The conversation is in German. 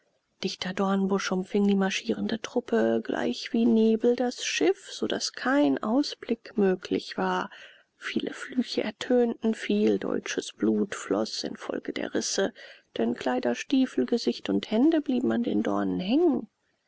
dichter dornbusch umfing die marschierende truppe gleichwie nebel das schiff so daß kein ausblick möglich war viele flüche ertönten viel deutsches blut floß infolge der risse denn kleider stiefel gesicht und hände blieben an den dornen hängen